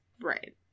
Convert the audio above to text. Right